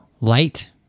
light